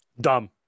Dumb